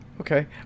okay